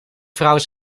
vrouwen